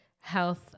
health